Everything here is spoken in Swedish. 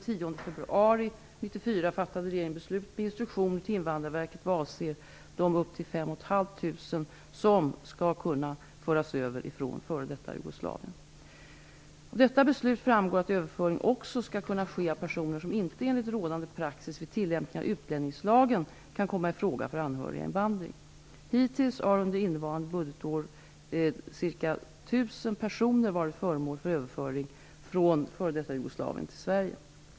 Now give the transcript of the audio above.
5 500 personer som skall kunna föras över från f.d. Jugoslavien. Av detta beslut framgår att överföring också skall kunna ske av personer som inte enligt rådande praxis vid tillämpningen av utlänningslagen kan komma i fråga för anhöriginvandring. Hittills har under innevarande budgetår totalt ca 1 000 personer varit föremål för överföring från f.d. Jugoslavien till Sverige.